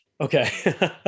Okay